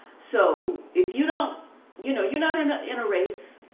so if you don't, you know, you're not in not in a race.